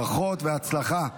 ברכות והצלחה.